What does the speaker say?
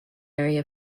area